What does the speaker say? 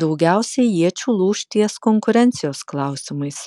daugiausiai iečių lūš ties konkurencijos klausimais